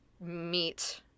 meet